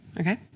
Okay